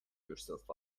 yourself